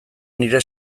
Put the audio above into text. nire